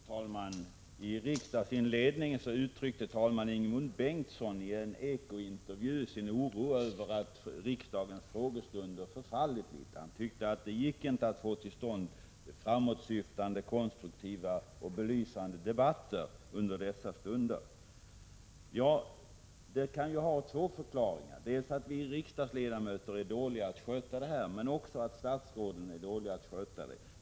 Fru talman! Under riksmötets inledning uttryckte talmannen Ingemund Bengtsson i en Eko-intervju sin oro över att riksdagens frågestunder förfallit. Han tyckte att det inte gick att få till stånd några framåtsyftande, konstruktiva och belysande debatter under dessa frågestunder. Det kan ju finnas två förklaringar till det. Det kan bero på att vi riksdagsledamöter är dåliga på att sköta det här. Men det kan också vara statsråden som är dåliga på att sköta det.